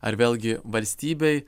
ar vėlgi valstybėj